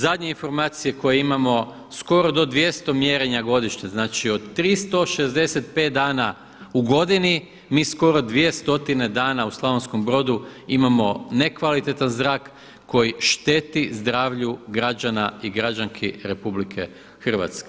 Zadnje informacije koje imamo, skoro do 200 mjerenja godišnje, znači od 365 dana u godini mi skoro 2 stotine dana u Slavonskom Brodu imamo nekvalitetan zrak koji šteti zdravlju građana i građanki RH.